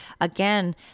again